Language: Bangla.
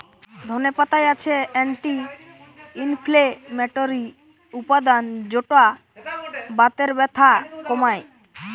ধনে পাতায় আছে অ্যান্টি ইনফ্লেমেটরি উপাদান যৌটা বাতের ব্যথা কমায়